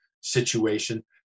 situation